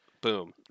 boom